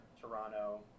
Toronto